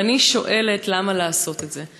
ואני שואלת: למה לעשות את זה?